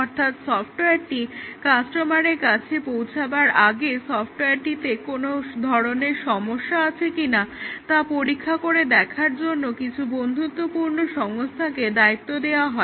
অর্থাৎ সফটওয়্যারটি কাস্টমারের কাছে পৌছাবার আগে সফটওয়্যারটিতে কোনো ধরনের সমস্যা আছে কিনা তা পরীক্ষা করে দেখার জন্য কিছু বন্ধুত্বপূর্ণ সংস্থাকে দায়িত্ব দেওয়া হয়